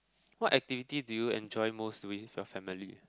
what activity do you enjoy most doing with your family